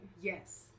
Yes